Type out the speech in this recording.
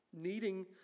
Needing